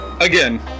again